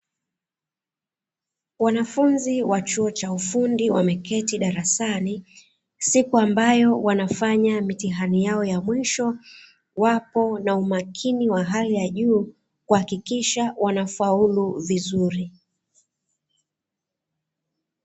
Wanafunzi wa chuo cha ufundi wameketi darasani, siku ambayo wanafanya mitihani yao ya mwisho, wapo na umakini wa hali ya juu, kuhakikisha wanafaulu vizuri.